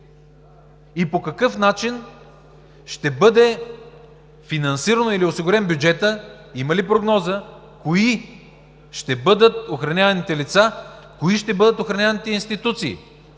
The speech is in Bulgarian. И по какъв начин ще бъде финансирано или осигурен бюджетът, има ли прогноза кои ще бъдат охраняемите лица, кои ще бъдат охраняемите институции?